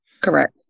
Correct